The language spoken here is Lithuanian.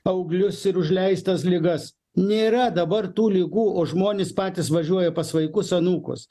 auglius ir užleistas ligas nėra dabar tų ligų o žmonės patys važiuoja pas vaikus anūkus